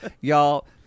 Y'all